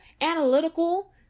analytical